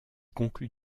conclut